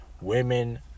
Women